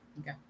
okay